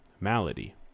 malady